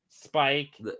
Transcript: Spike